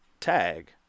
tag